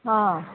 অঁ